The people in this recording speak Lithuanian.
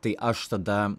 tai aš tada